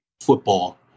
football